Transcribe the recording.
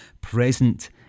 present